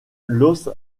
los